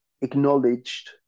acknowledged